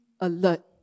alert